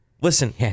Listen